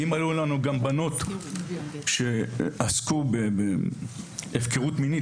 אם היו לנו גם בנות שלפני כן עסקו בהפקרות מינית,